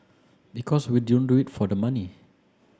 because we don't do it for the money